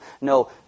No